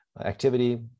activity